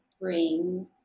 bring